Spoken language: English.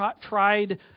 tried